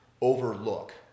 overlook